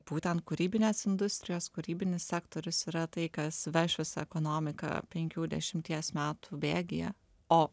būtent kūrybinės industrijos kūrybinis sektorius yra tai kas veš visą ekonomiką penkių dešimties metų bėgyje o